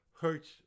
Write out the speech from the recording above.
hurts